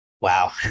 Wow